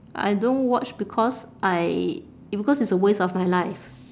I don't watch because I because it's a waste of my life